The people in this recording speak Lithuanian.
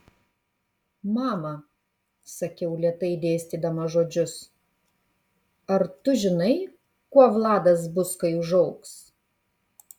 mama sakiau lėtai dėstydama žodžius ar tu žinai kuo vladas bus kai užaugs